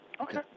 Okay